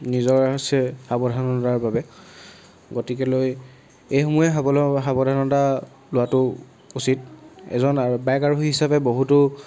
নিজৰ হৈছে সাৱধানতাৰ বাবে গতিকেলৈ এইসমূহেই সাবলৈ সাৱধানতা লোৱাটো উচিত এজন আ বাইক আৰোহী হিচাপে বহুতো